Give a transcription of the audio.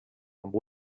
amb